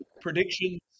predictions